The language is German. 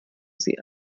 sie